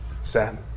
Sam